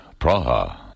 Praha